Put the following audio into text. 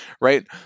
right